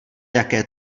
jaké